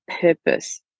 purpose